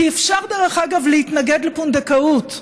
כי אפשר, דרך אגב, להתנגד לפונדקאות,